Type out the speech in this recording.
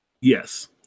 Yes